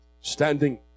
Standing